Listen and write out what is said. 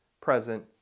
present